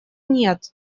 нет